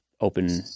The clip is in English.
open